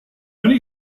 many